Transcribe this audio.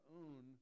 own